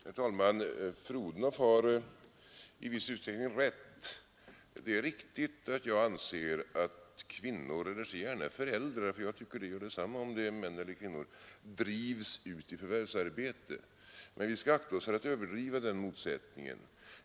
Herr talman! Statsrådet Odhnoff har i viss utsträckning rätt. Det är riktigt att jag anser att kvinnor eller säg gärna föräldrar — jag tycker det är detsamma om det är män eller kvinnor — drivs ut i förvärvsarbete. Men vi skall akta oss för att överdriva den motsättningen.